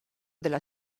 della